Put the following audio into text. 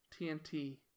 TNT